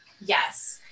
yes